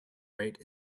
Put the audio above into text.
rate